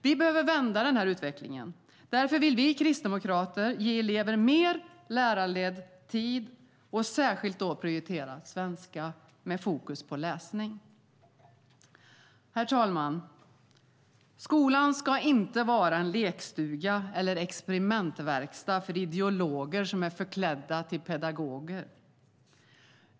Vi behöver vända den här utvecklingen. Därför vill vi kristdemokrater ge elever mer lärarledd tid och särskilt prioritera svenska, med fokus på läsning. Herr talman! Skolan ska inte vara en lekstuga eller experimentverkstad för ideologer som är förklädda till pedagoger.